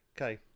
Okay